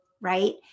right